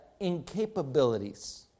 incapabilities